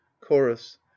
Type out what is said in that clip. Chorus